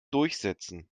durchsetzen